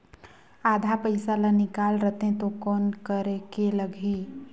आधा पइसा ला निकाल रतें तो कौन करेके लगही?